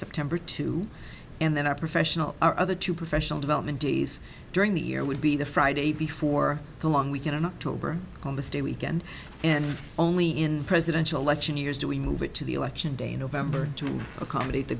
september two and then our professional our other two professional development days during the year would be the friday before the long weekend in october on this day weekend and only in presidential election years do we move it to the election day november to accommodate the